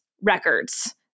records